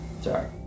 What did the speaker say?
Sorry